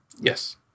Yes